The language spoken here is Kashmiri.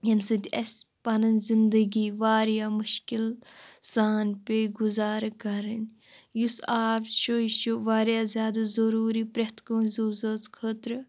ییٚمہِ سۭتۍ اسہِ پَنٕنۍ زنٛدگی واریاہ مُشکِل سان پیٚیہِ گُزارٕ کَرٕنۍ یُس آب چھُ یہِ چھُ واریاہ زیادٕ ضروٗری پرٮ۪تھ کانٛسہِ زُو زٲژ خٲطرٕ